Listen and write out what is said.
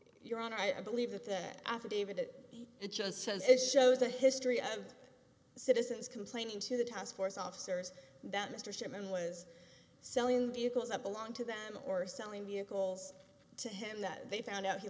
your honor i believe that that affidavit it just says shows a history of citizens complaining to the task force officers that mr shipman was selling vehicles that belong to them or selling vehicles to him that they found out he